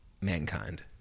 Mankind